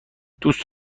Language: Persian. دوست